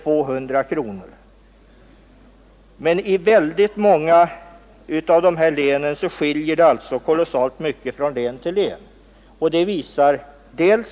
Inte i något fall har man dock fått mer än 200 kronor.